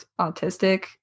autistic